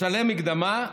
משלם מקדמה,